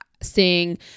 seeing